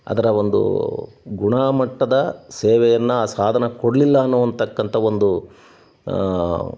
ಅದರ ಒಂದು ಗುಣಮಟ್ಟದ ಸೇವೆಯನ್ನು ಆ ಸಾಧನ ಕೊಡಲಿಲ್ಲ ಅನ್ನೋವಂತಕ್ಕಂಥ ಒಂದು